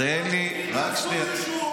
תן לי, רק שנייה.